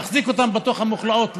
להחזיק אותם בתוך המכלאות.